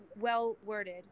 well-worded